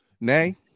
Nay